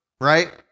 right